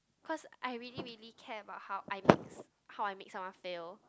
because I really really care about how I how I make someone feel